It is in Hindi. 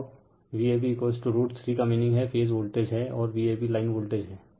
तो अब Vab रूट 3 का मीनिंग हैं फेज वोल्टेज हैं और Vab लाइन वोल्टेज हैं